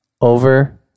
over